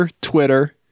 Twitter